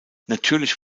natürlich